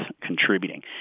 contributing